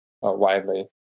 widely